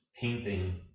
painting